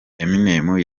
eminem